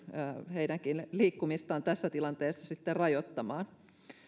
heidänkin liikkumistaan tässä tilanteessa sitten rajoittamaan